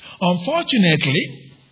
Unfortunately